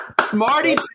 Smarty